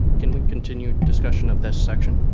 can we continue discussion of this section?